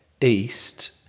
east